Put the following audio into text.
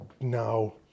no